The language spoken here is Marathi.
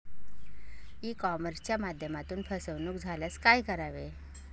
ई कॉमर्सच्या माध्यमातून फसवणूक झाल्यास काय करावे?